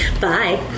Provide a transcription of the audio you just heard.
Bye